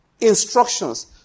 instructions